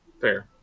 Fair